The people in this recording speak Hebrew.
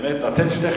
באמת, אתן שתיכן